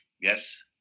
Yes